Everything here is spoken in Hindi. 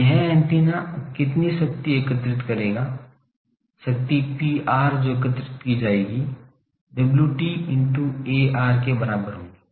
अब यह एंटीना कितनी शक्ति एकत्रित करेगा शक्ति Pr जो एकत्र की जाएगी Wt into Ar के बराबर होगी